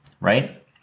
right